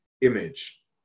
image